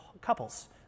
couples